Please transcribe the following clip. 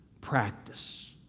practice